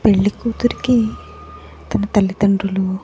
పెళ్ళి కూతురికి తన తల్లిదండ్రులు